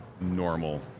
normal